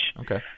Okay